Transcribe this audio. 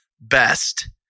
best